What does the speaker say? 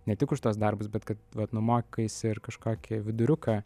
ne tik už tuos darbus bet kad vat nu mokaisi ir kažkokį viduriuką